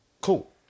Cool